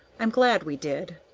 i'm glad we did.